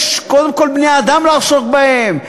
יש קודם כול בני-אדם לעסוק בהם.